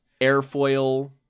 airfoil